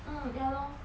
mm ya lor